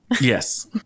Yes